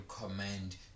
recommend